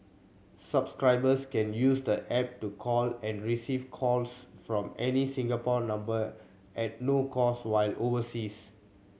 subscribers can use the app to call and receive calls from any Singapore number at no cost while overseas